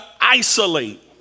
isolate